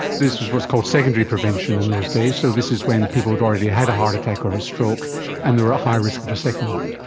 this was what's called secondary prevention in those days, so this is when people had already had a heart attack or a stroke and they were at ah high risk of a second one.